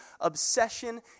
obsession